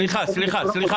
--- סליחה, סליחה, סליחה.